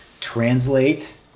translate